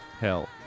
hell